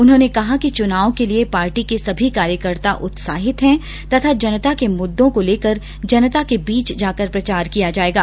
उन्होंने कहा कि चुनाव के लिए पार्टी के सभी कार्यकर्ता उत्साहित हैं तथा जनता के मुद्दों को लेकर जनता के बीच जाकर प्रचार किया जायेगा